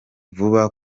vuba